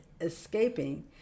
escaping